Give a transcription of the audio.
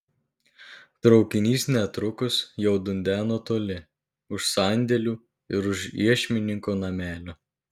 traukinys netrukus jau dundeno toli už sandėlių ir už iešmininko namelio